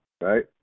right